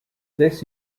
this